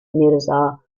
mirza